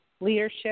Leadership